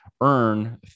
earn